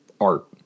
art